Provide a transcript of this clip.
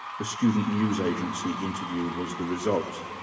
the student news agency interview was the result.